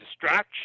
distraction